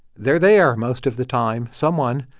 they're there most of the time someone.